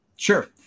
Sure